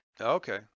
Okay